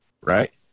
right